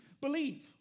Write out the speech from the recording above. believe